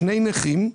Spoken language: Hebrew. שני נכים,